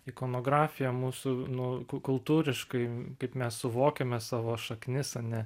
ikonografija mūsų nu kultūriškai kaip mes suvokiame savo šaknis ane